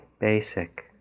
basic